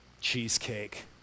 cheesecake